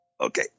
Okay